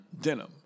denim